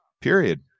period